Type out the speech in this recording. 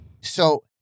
So-